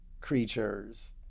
creatures